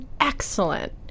excellent